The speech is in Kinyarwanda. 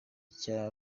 cya